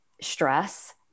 stress